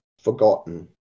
forgotten